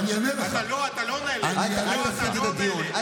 אני לא מדבר עכשיו על התבטאויות של חברי כנסת אחד על השני כאן.